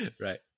Right